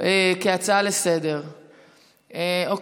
כהצעה לסדר-היום.